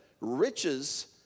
riches